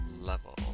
level